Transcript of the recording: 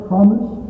promise